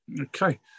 Okay